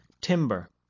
timber